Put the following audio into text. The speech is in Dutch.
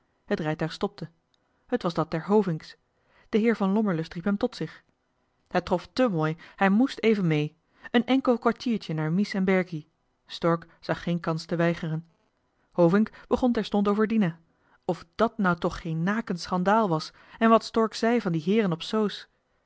het rijtuig stopte t was dat der hovinks de heer van lommerlust riep hem tot zich het trof te mooi hij moest even mee een enkel kwartiertje naar mies en berkie stork zag geen kans om te weigeren hovink begon terstond over dina of dàt nou toch geen nakend schandaal was en wat stork zei van die heeren op soos